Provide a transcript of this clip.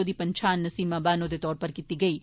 ओह्दी पन्छान नसीमा बानो दे तौर पर कीती गेई ऐ